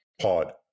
pod